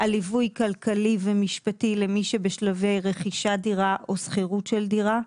על ליווי כלכלי ומשפטי למי שבשלבי רכישת דירה או שכירות של דירה.